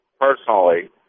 personally